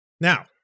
Now